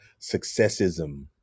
successism